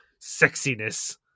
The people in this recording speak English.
sexiness